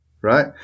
right